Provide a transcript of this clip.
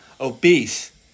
obese